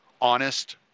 honest